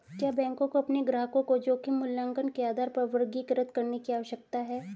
क्या बैंकों को अपने ग्राहकों को जोखिम मूल्यांकन के आधार पर वर्गीकृत करने की आवश्यकता है?